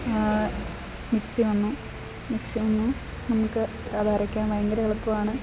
mixie വന്നു mixie വന്നു നമുക്ക് അത് അരയ്ക്കാൻ ഭയങ്കര എളുപ്പവാണ്